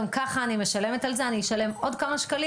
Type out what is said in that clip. גם ככה אני משלמת על זה אז אני אשלם עוד כמה שקלים